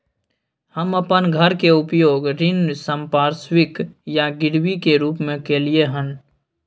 हम अपन घर के उपयोग ऋण संपार्श्विक या गिरवी के रूप में कलियै हन